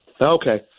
Okay